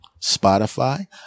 Spotify